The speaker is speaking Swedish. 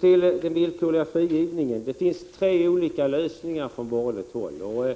beröra den villkorliga frigivningen. Det finns tre olika lösningar därvidlag från borgerligt håll.